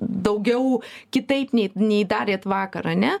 daugiau kitaip nei nei darėt vakar ane